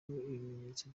ibimenyetso